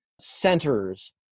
centers